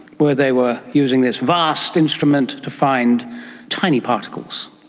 where they were using this vast instrument to find tiny particles,